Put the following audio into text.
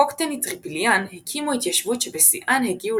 הקוקטני-טריפיליאן הקימו התיישבויות שבשיאן הגיעו